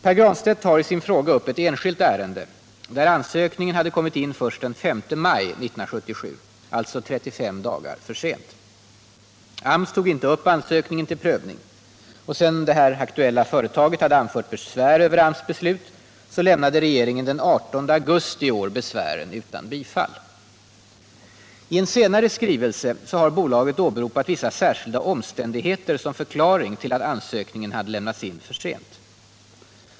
Pär Granstedt tar i sin fråga upp ett enskilt ärende, där ansökningen hade kommit in först den 5 maj 1977, alltså 35 dagar för sent. AMS tog inte upp ansökningen till prövning. Sedan det aktuella företaget hade anfört besvär över AMS beslut lämnade regeringen den 18 augusti besvären utan bifall. I en senare skrivelse har bolaget åberopat vissa särskilda omständigheter som förklaring till att ansökningen hade lämnats in för sent.